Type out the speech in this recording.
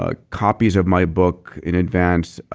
ah copies of my book in advance,